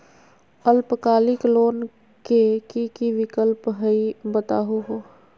अल्पकालिक लोन के कि कि विक्लप हई बताहु हो?